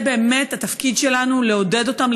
זה באמת התפקיד שלנו לעודד אותם,